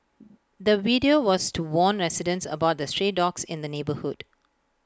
the video was to warn residents about the stray dogs in the neighbourhood